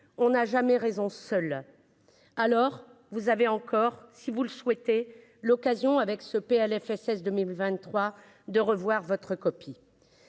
on n'a jamais raison seul, alors vous avez encore si vous le souhaitez, l'occasion avec ce Plfss 2023 de revoir votre copie